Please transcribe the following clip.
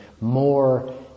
more